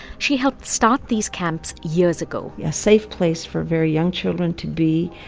she helped start these camps years ago a safe place for very young children to be,